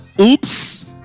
Oops